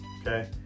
Okay